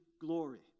glory